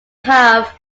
have